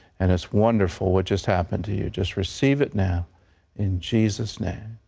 and it's wonderful, what just happened to you. just receive it now in jesus' name.